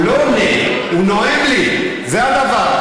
הוא לא עונה לי, הוא נואם לי, זה הדבר.